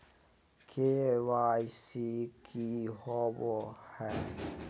KYC की हॉबे हय?